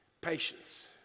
Patience